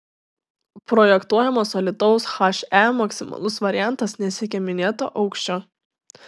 projektuojamos alytaus he maksimalus variantas nesiekia minėto aukščio